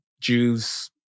Jews